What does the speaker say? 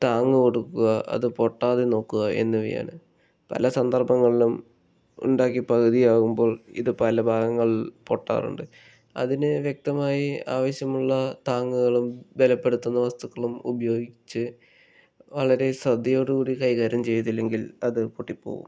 താങ്ങുകൊടുക്കുക അത് പൊട്ടാതെ നോക്കുക എന്നിവയാണ് പല സന്ദർഭങ്ങളിലും ഉണ്ടാക്കി പകുതിയാകുമ്പോൾ ഇത് പല ഭാഗങ്ങളിലും പൊട്ടാറുണ്ട് അതിന് വ്യക്തമായി ആവശ്യമുള്ള താങ്ങുകളും വെലപ്പെടുത്തുന്ന വസ്തുക്കളും ഉപയോഗിച്ച് വളരെ ശ്രദ്ധയോട് കൂടി കൈകാര്യം ചെയ്തില്ലെങ്കിൽ അത് പൊട്ടിപോകും